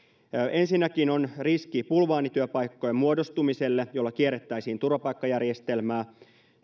ensinnäkin on riski bulvaanityöpaikkojen muodostumiselle joilla kierrettäisiin turvapaikkajärjestelmää